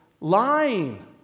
lying